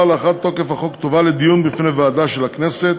להארכת תוקף החוק תובא לדיון בפני ועדה של הכנסת,